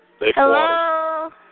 Hello